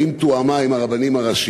2. האם היא תואמה עם הרבנים הראשיים?